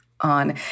on